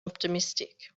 optimistic